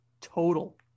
Total